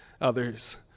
others